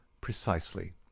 Precisely